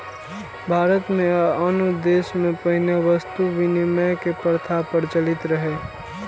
भारत मे आ आनो देश मे पहिने वस्तु विनिमय के प्रथा प्रचलित रहै